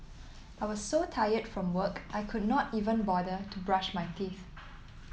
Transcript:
I was so tired from work I could not even bother to brush my teeth